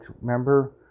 remember